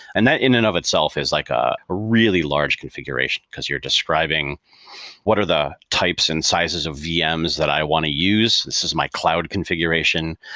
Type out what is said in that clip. and that in it and of itself is like a really large configuration, because you're describing what are the types and sizes of vms that i want to use. this is my cloud configuration.